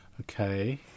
Okay